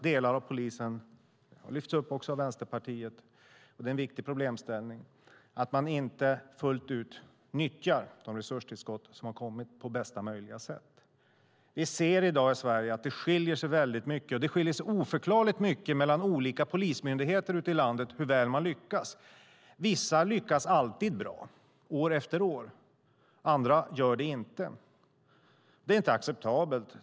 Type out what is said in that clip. Delar av polisen nyttjar inte fullt ut de resurstillskott som har kommit på bästa möjliga sätt. Detta har lyfts fram också av Vänsterpartiet, och det är en viktig problemställning. Vi ser i dag i Sverige att det skiljer sig oförklarligt mycket mellan olika polismyndigheter ute i landet hur väl man lyckas. Vissa lyckas alltid bra år efter år. Andra gör det inte. Detta är inte acceptabelt.